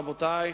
רבותי,